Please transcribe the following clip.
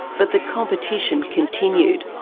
but the competition continued.